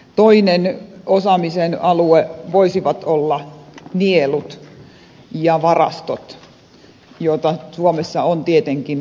toinen osaamisen alue voisivat olla nielut ja varastot joita suomessa on tietenkin paljon